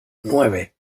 nueve